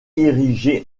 érigé